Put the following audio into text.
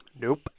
Nope